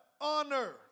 honor